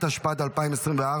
התשפ"ד 2024,